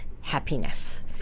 happiness